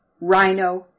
rhino